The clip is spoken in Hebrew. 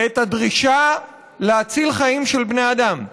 את הדרישה להציל חיים של בני אדם.